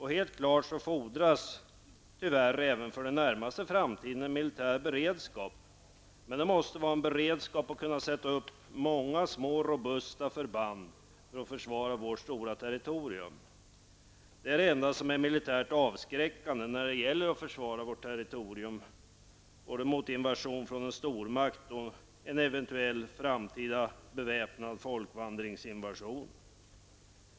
Helt klart fordras det, tyvärr, även för den närmaste framtiden en militär beredskap -- men det måste vara en beredskap för att kunna sätta upp många små robusta förband för att försvara vårt stora territorium. Det är det enda som är militärt avskräckande när det gäller att försvara vårt territorium både mot invasion en från stormakt och mot en eventuell framtida beväpnad folkvandringsinvasion.